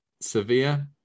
Sevilla